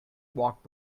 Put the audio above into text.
walked